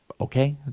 Okay